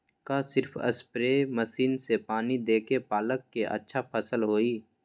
का सिर्फ spray machine से पानी देके पालक के अच्छा फसल होई?